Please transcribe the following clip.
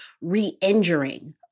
re-injuring